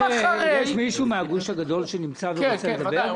יש מישהו מהגוש הגדול שנמצא ורוצה לדבר?